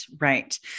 right